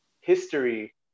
history